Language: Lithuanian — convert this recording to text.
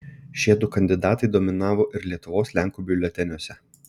šie du kandidatai dominavo ir lietuvos lenkų biuleteniuose